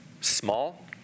small